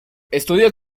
estudió